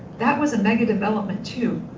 that was a megadevelopment too.